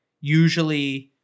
usually